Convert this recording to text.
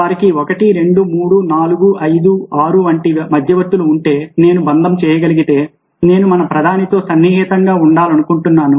వారికి 1 2 3 4 5 6 వంటి మధ్యవర్తులు ఉంటే నేను బంధము చేయగలిగితే నేను మన ప్రధానితో సన్నిహితంగా ఉండాలనుకుంటున్నాను